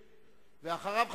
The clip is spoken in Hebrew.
ואחריו,